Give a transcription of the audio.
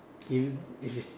if if it's